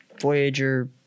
Voyager